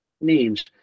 names